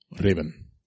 raven